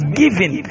given